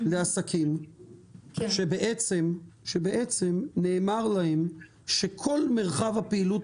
לעסקים שבעצם נאמר להם שכל מרחב הפעילות